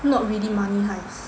not really Money Heist